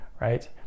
right